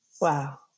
Wow